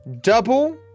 Double